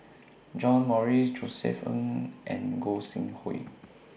John Morrice Josef Ng and Gog Sing Hooi